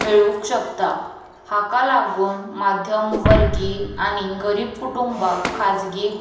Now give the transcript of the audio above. मेळूंक शकता हाका लागून माध्यम वर्गी आनी गरीब कुटुंबाक खाजगी